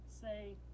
say